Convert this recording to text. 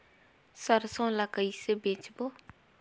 सरसो ला कइसे बेचबो?